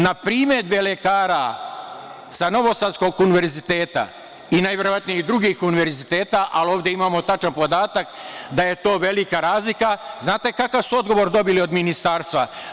Na primedbe lekara sa novosadskog univerziteta, i najverovatnije i drugih univerziteta, ali ovde imamo tačan podatak da je to velika razlika, znate li kakav su odgovor dobili od ministarstva?